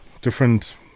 different